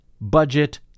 budget